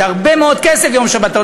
זה הרבה מאוד כסף, יום שבתון.